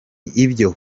ibyo